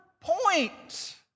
point